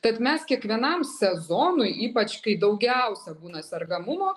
kad mes kiekvienam sezonui ypač kai daugiausia būna sergamumo